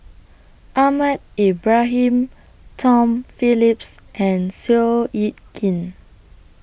Ahmad Ibrahim Tom Phillips and Seow Yit Kin